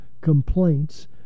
complaints